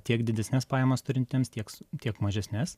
tiek didesnes pajamas turintiems tieks tiek mažesnes